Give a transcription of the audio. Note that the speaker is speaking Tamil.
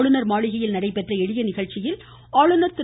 ஆளுநர் மாளிகையில் நடைபெற்ற எளிய நிகழ்ச்சியில் ஆளுநர் திரு